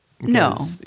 No